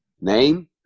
name